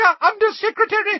under-secretary